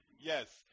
Yes